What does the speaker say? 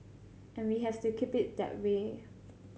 and we have to keep it that way